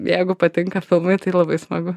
jeigu patinka filmai tai labai smagu